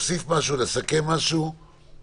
עו"ד דין שטרן,